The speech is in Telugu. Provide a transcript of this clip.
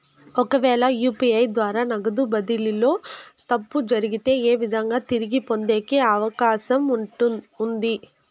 ఒకవేల యు.పి.ఐ ద్వారా నగదు బదిలీలో తప్పు జరిగితే, ఏ విధంగా తిరిగి పొందేకి అవకాశం ఉంది?